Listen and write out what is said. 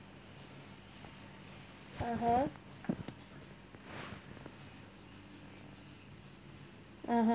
(uh huh) (uh huh)